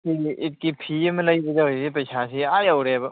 ꯏꯠꯀꯤ ꯐꯤ ꯑꯃ ꯂꯩꯒꯗꯣꯔꯤꯁꯤ ꯄꯩꯁꯥꯁꯤ ꯑꯥ ꯌꯧꯔꯦꯕ